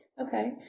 Okay